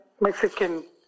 Mexican